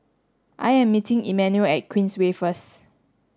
I am meeting Emanuel at Queensway first